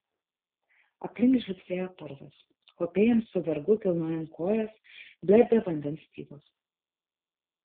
aplink žliugsėjo purvas kopėjams su vargu kilnojant kojas blerbė vandens stygos